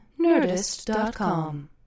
Nerdist.com